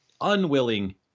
unwilling